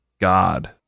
god